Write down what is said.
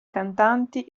cantanti